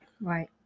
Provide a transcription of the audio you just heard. right